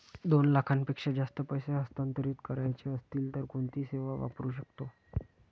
दोन लाखांपेक्षा जास्त पैसे हस्तांतरित करायचे असतील तर कोणती सेवा वापरू शकतो?